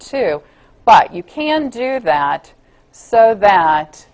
two but you can do that so that